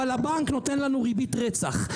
אבל הבנק נותן לנו ריבית רצח.